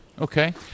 okay